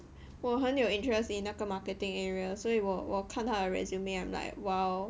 我很有 interest in 那个 marketing area 所以我我看她的 resume I'm like !wow!